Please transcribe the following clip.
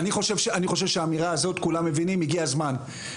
אני חושב שהאמירה הזאת כולם מבינים הגיע הזמן.